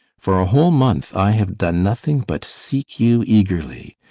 for a whole month i have done nothing but seek you eagerly.